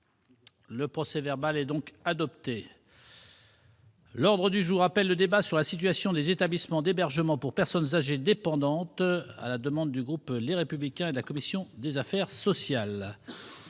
Le procès-verbal est adopté. L'ordre du jour appelle le débat sur la situation des établissements d'hébergement pour personnes âgées dépendantes, organisé à la demande du groupe Les Républicains et de la commission des affaires sociales.